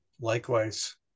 likewise